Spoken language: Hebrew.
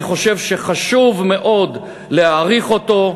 ואני חושב שחשוב מאוד להאריך את תוקפו.